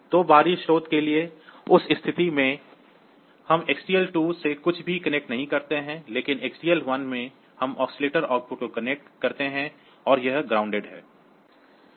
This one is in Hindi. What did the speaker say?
तो बाहरी स्रोत के लिए उस स्थिति में हम Xtal 2 से कुछ भी कनेक्ट नहीं करते हैं लेकिन Xtal 1 में हम ऑसिलेटर आउटपुट को कनेक्ट करते हैं और यह ग्राउंडेड है